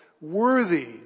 worthy